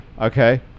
okay